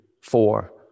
four